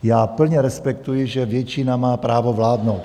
Já plně respektuji, že většina má právo vládnout.